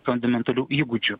fundamentalių įgūdžių